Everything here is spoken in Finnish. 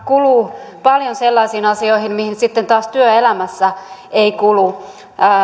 kuluu paljon sellaisiin asioihin mihin taas työelämässä ei kulu